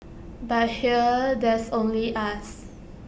but here there's only us